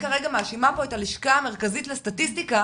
כרגע אני מאשימה פה את הלשכה המרכזית לסטטיסטיקה,